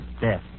death